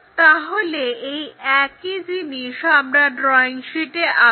তাহলে এই একই জিনিস আমরা ড্রয়িং শীটে করব